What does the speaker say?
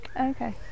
Okay